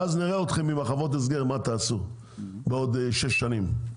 ואז נראה אתכם עם החוות הסגר מה תעשו בעוד שש שנים,